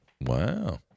wow